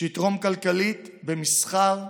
שיתרום כלכלית, במסחר,